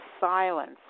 silence